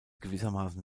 gewissermaßen